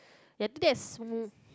ya that's